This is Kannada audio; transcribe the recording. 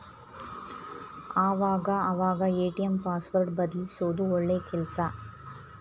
ಆವಾಗ ಅವಾಗ ಎ.ಟಿ.ಎಂ ಪಾಸ್ವರ್ಡ್ ಬದಲ್ಯಿಸೋದು ಒಳ್ಳೆ ಕೆಲ್ಸ